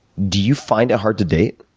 do you find it hard to date?